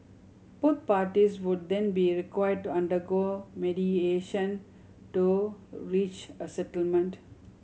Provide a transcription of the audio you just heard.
both parties would then be required to undergo mediation to reach a settlement